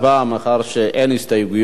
להצבעה, מאחר שאין הסתייגויות.